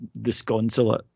disconsolate